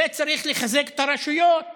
וצריך לחזק את הרשויות